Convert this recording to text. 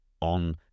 on